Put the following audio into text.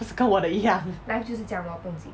不是跟我的一样